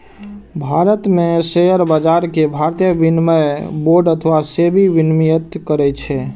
भारत मे शेयर बाजार कें भारतीय विनिमय बोर्ड अथवा सेबी विनियमित करै छै